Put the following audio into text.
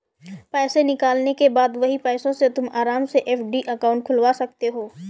पैसे निकालने के बाद वही पैसों से तुम आराम से एफ.डी अकाउंट खुलवा सकते हो